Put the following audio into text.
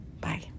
bye